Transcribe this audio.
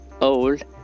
old